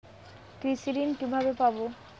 কৃষি ঋন কিভাবে পাব?